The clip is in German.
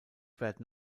werden